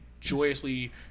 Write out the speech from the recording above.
joyously